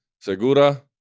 Segura